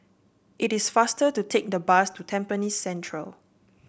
it is faster to take the bus to Tampines Central